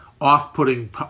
off-putting